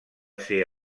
ser